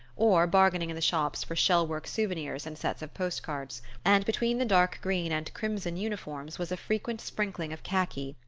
or bargaining in the shops for shell-work souvenirs and sets of post-cards and between the dark-green and crimson uniforms was a frequent sprinkling of khaki,